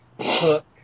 hook